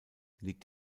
liegt